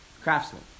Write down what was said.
Craftsman